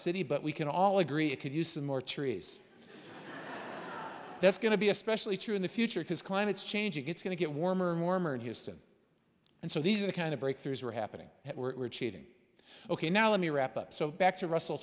city but we can all agree it could use some more trees that's going to be especially true in the future because climate is changing it's going to get warmer and warmer in houston and so these are the kind of breakthroughs were happening that were cheating ok now let me wrap up so back to russell